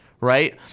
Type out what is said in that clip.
right